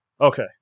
Okay